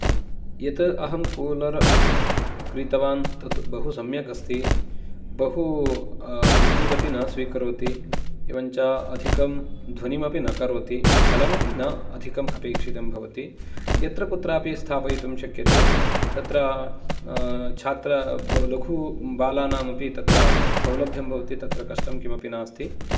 यत् अहं कूलर् क्रीतवान् तद् बहु सम्यक् अस्ति बहु विद्युदपि न स्वीकरोति एवं च अधिकं ध्वनिमपि न करोति जलमपि न अधिकम् अपेक्षितं भवति यत्र कुत्रापि स्थापयितुं शक्यते तत्र छात्रः लघुबालानामपि सौलभ्यं भवति तत्र कष्टं किमपि नास्ति